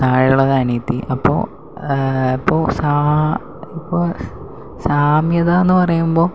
താഴെ ഉള്ളത് അനിയത്തി അപ്പോൾ അപ്പോൾ സാ ഇപ്പോൾ സാമ്യതയെന്ന് പറയുമ്പോൾ